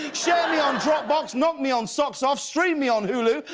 share me on dropbox, knock me on socksoff, stream me on hulu,